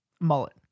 Mullet